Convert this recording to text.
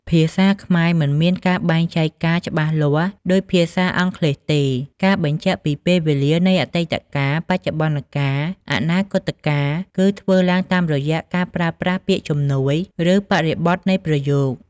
ភាសាខ្មែរមិនមានការបែងចែក កាល ច្បាស់លាស់ដូចភាសាអង់គ្លេសទេ ការបញ្ជាក់ពីពេលវេលានៃអតីតកាល បច្ចុប្បន្នកាល អនាគតកាល គឺធ្វើឡើងតាមរយៈការប្រើប្រាស់ពាក្យជំនួយ ឬបរិបទនៃប្រយោគ។